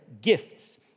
gifts